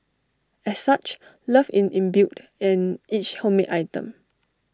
as such love in imbued in each homemade item